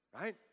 right